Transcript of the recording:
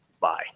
Bye